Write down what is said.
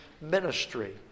ministry